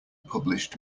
published